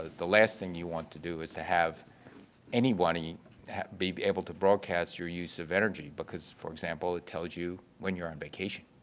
the last thing you want to do is to have anybody be be able to broadcast your use of energy, because, for example, it tells you when you are on vacation.